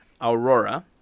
Aurora